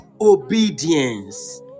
obedience